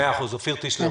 אופיר טישלר,